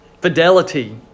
fidelity